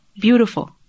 beautiful